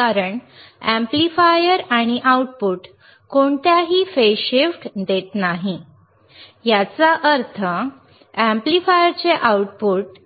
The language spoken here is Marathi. कारण एम्पलीफायर आणि आउटपुट कोणत्याही फेज शिफ्ट देत नाही याचा अर्थ एम्पलीफायरचे आउटपुट